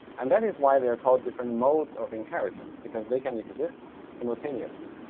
and that is why they are called different modes of inheritance because they can exist simultaneously.